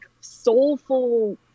soulful